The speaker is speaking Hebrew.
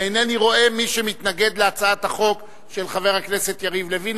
ואינני רואה מי שמתנגד להצעת החוק של חבר הכנסת יריב לוין.